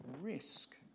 risk